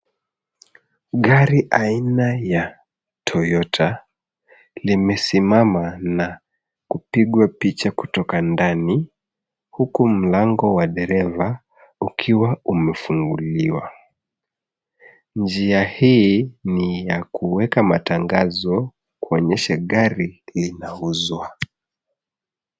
Gari aina ya Toyota limesimama na kupigwa picha kutoka ndani huku mlango wa dereva ukiwa umefunguliwa. Njia hii ni ya kuweka matangazo kuonyesha gari linauzwa.